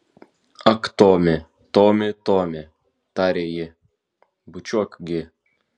ak tomi tomi tomi tarė ji bučiuok gi